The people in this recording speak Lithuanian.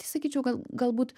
tai sakyčiau gal galbūt